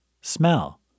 Smell